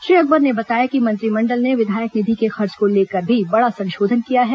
श्री अकबर ने बताया कि मंत्रिमंडल ने विधायक निधि के खर्च को लेकर भी बड़ा संशोधन किया है